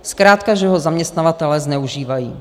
Zkrátka že ho zaměstnavatelé zneužívají.